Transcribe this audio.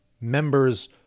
members